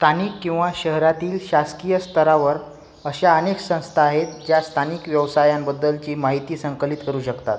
स्थानिक किंवा शहरातील शासकीय स्तरावर अशा अनेक संस्था आहेत ज्या स्थानिक व्यवसायांबद्दलची माहिती संकलित करू शकतात